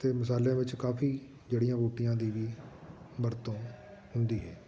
ਅਤੇ ਮਸਾਲਿਆਂ ਵਿੱਚ ਕਾਫੀ ਜੜ੍ਹੀਆਂ ਬੂਟੀਆਂ ਦੀ ਵੀ ਵਰਤੋਂ ਹੁੰਦੀ ਹੈ